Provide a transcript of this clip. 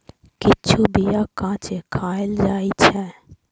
किछु बीया कांचे खाएल जाइ छै